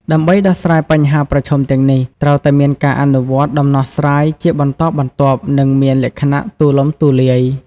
ដើម្បីដោះស្រាយបញ្ហាប្រឈមទាំងនេះ ត្រូវតែមានការអនុវត្តន៍ដំណោះស្រាយជាបន្តបន្ទាប់និងមានលក្ខណៈទូលំទូលាយ។